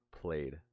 played